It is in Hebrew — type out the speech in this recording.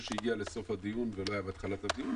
שהגיע בסוף הדיון ולא היה בהתחלת הדיון.